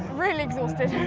really exhausted